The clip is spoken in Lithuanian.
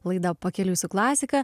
laida pakeliui su klasika